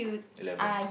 eleven